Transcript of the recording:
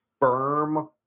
firm